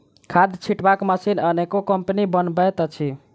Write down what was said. खाद छिटबाक मशीन अनेको कम्पनी बनबैत अछि